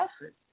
effort